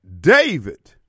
David